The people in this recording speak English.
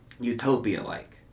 Utopia-like